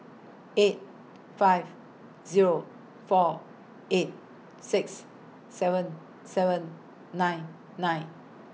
eight five Zero four eight six seven seven nine nine